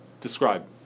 describe